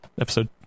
Episode